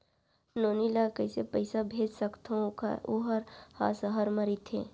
नोनी ल कइसे पइसा भेज सकथव वोकर ह सहर म रइथे?